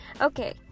Okay